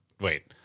wait